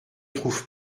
trouve